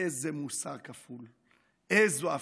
איזה מוסר כפול, איזו אפליה,